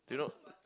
do you know